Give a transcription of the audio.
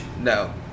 No